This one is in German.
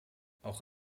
auch